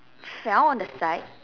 cell on the side